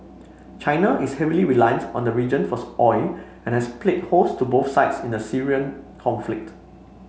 China is heavily reliant on the region for oil and has played host to both sides in the Syrian conflict